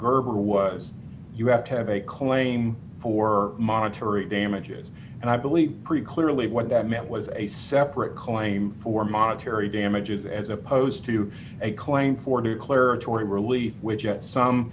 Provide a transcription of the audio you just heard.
gerber was you have to have a claim for monetary damages and i believe pre clearly what that meant was a separate claim for monetary damages as opposed to a claim for declaratory really which at some